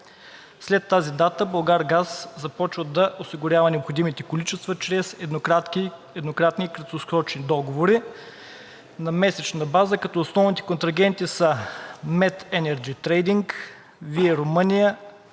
След тази дата „Булгаргаз“ започва да осигурява необходимите количества чрез еднократни и краткосрочни договори на месечна база, като основните контрагенти са „МЕТ Енерджи Трейдинг“, WIEE – Румъния,